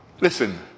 Listen